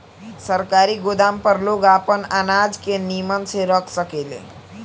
सरकारी गोदाम पर लोग आपन अनाज के निमन से रख सकेले